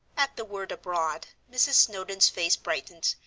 at the word abroad, mrs. snowdon's face brightened,